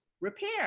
repair